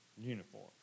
uniform